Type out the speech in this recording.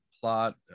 plot